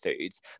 foods